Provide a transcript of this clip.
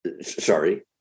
Sorry